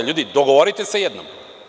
Ljudi, dogovorite se jednom.